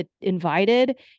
invited